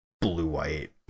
blue-white